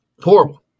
Horrible